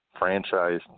franchised